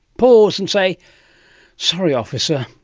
pause and say sorry officer,